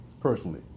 personally